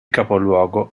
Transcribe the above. capoluogo